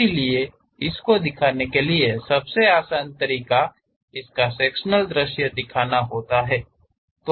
इसलिए इसको दिखाने के लिए सबसे आसान तरीका इसका सेक्शनल दृश्य दिखाना होता है